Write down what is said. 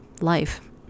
life